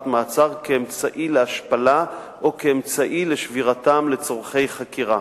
מעצר כאמצעי להשפלה או כאמצעי לשבירתם לצורכי חקירה.